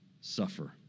suffer